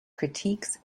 critiques